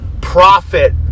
profit